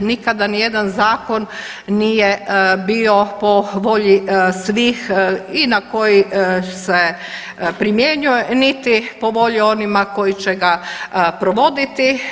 Nikada ni jedan zakon nije bio po volji svih i na koji se primjenjuje, niti po volji onima koji će ga provoditi.